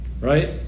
right